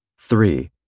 Three